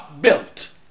built